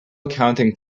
accounting